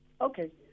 Okay